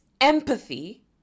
empathy